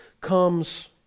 comes